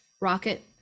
rocket